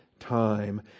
time